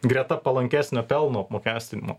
greta palankesnio pelno apmokestinimo